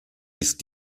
ist